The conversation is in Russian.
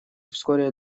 вскоре